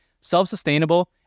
self-sustainable